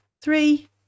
three